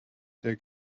der